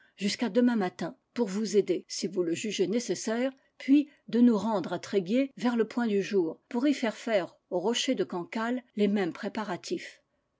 qu'à demain matin pour vous aider si vous le jugez nécessaire puis de nous rendre à tréguier vers le point du jour pour y faire faire au rocher de cancale les mêmes préparatifs